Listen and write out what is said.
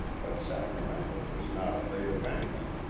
but sacramento was not afraid of anything,